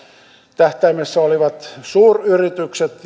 tähtäimessä olivat suuryritykset